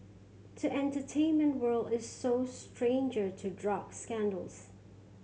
the entertainment world is so stranger to drug scandals